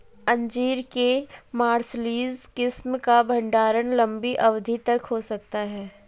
अंजीर के मार्सलीज किस्म का भंडारण लंबी अवधि तक हो सकता है